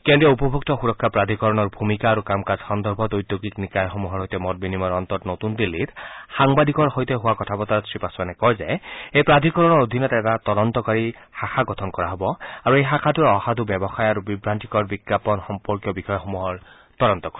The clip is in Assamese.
কেন্দ্ৰীয় উপভোক্তা সুৰক্ষা প্ৰাধিকৰণৰ ভূমিকা আৰু কাম কাজ সন্দৰ্ভত ঔদ্যোগিক নিকায় সমূহৰ সৈতে মত বিনিময়ৰ অন্তত নতুন দিল্লীত সাংবাদিকৰ সৈতে হোৱা কথা বতৰাত শ্ৰীপাছোৱানে কয় যে এই প্ৰাধিকৰণৰ অধীনত এটা তদন্তকাৰী শাখা গঠন কৰা হব আৰু এই শাখাটোৱে অসাধ ব্যৱসায় আৰু বিভান্তিকৰণ বিজ্ঞাপন সম্পৰ্কীয় বিষয়সমূহৰ তদন্ত কৰিব